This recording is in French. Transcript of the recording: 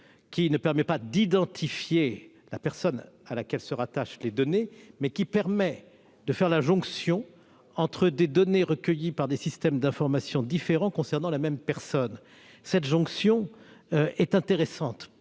ne permet pas d'identifier la personne à laquelle se rattachent les données ; en revanche, il permet de faire la jonction entre des données recueillies par des systèmes d'information différents concernant la même personne. Cette jonction est intéressante